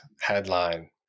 headline